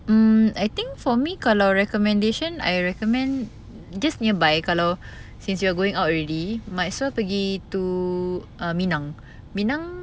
mm I think for me kalau recommendation I recommend just nearby kalau since you're going out already might as well pergi to err minang minang